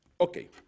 okay